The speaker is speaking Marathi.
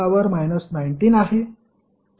60210 19 आहे